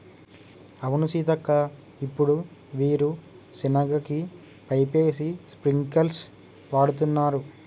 అవును సీతక్క ఇప్పుడు వీరు సెనగ కి పైపేసి స్ప్రింకిల్స్ వాడుతున్నారు